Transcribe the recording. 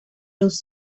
los